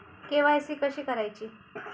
KYC कशी करायची?